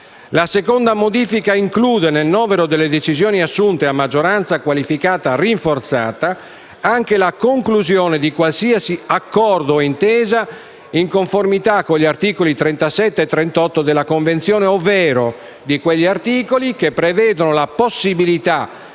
La seconda modifica include nel novero delle decisioni assunte a maggioranza qualificata rinforzata anche la conclusione di qualsiasi accordo o intesa in conformità con gli articoli 37 e 38 della Convenzione, ovvero di quegli articoli che prevedono la possibilità